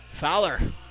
Fowler